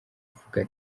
avuga